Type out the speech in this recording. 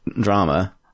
drama